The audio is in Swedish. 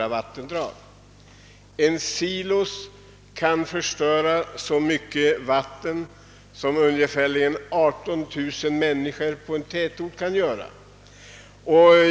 Ut släppet från en silo kan förstöra lika mycket vatten som ungefär 18 000 människor i en tätort.